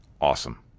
awesome